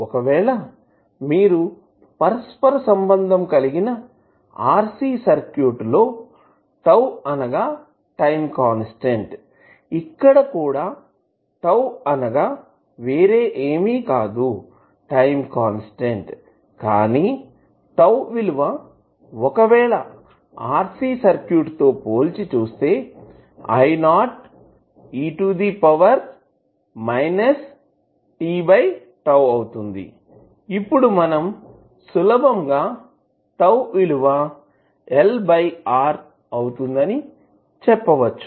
ఒకవేళ మీరు పరస్పర సంబంధం కలిగివున్న RC సర్క్యూట్ లో అనగా టైం కాన్స్టాంట్ ఇక్కడ కూడా అనగా వేరే ఏమి కాదు టైం కాన్స్టాంట్ కానీ విలువ ఒకవేళ RC సర్క్యూట్ తో పోల్చిచూస్తే IO e to the power minus t అవుతుందిఅప్పుడు మనం సులభంగా విలువ LR అవుతుంది అని చెప్పవచ్చు